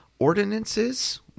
Ordinances